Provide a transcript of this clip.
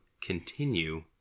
continue